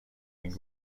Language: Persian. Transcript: این